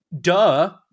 duh